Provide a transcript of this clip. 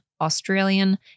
Australian